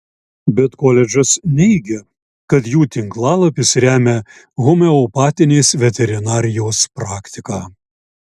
bet koledžas neigia kad jų tinklalapis remia homeopatinės veterinarijos praktiką